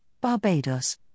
Barbados